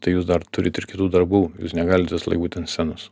tai jūs dar turit ir kitų darbų jūs negalit visą laiką būti ant scenos